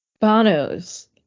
bonos